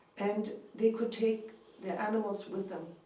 and they could take their animals with them.